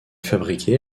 fabriqué